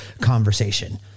conversation